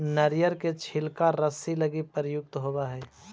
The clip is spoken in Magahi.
नरियर के छिलका रस्सि लगी प्रयुक्त होवऽ हई